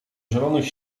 zielonych